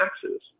taxes